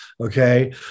okay